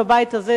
בבית הזה.